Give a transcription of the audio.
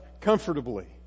comfortably